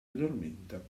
addormenta